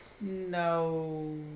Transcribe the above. No